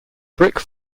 brick